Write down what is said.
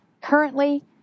Currently